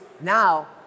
Now